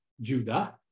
Judah